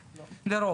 לרוב?